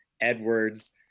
Edwards